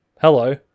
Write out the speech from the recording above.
hello